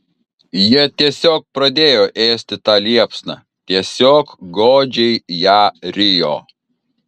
jie tiesiog pradėjo ėsti tą liepsną tiesiog godžiai ją rijo